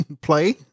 play